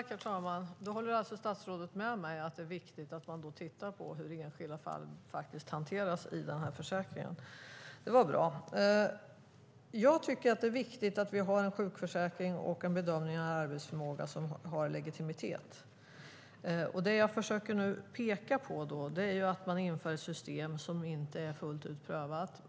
Herr talman! Då håller statsrådet alltså med mig om att det är viktigt att man tittar på hur enskilda fall faktiskt hanteras i försäkringen. Det är bra. Jag tycker att det är viktigt att vi har en sjukförsäkring och en bedömning av arbetsförmågan som har legitimitet. Det jag försöker peka på är att man inför ett system som inte fullt ut är prövat.